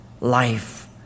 life